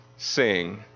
sing